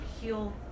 heal